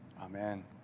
Amen